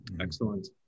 Excellent